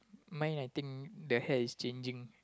my I think the hair is changing